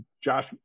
Josh